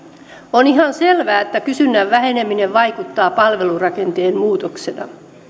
on ihan selvää että kysynnän väheneminen vaikuttaa palvelurakenteen muutoksena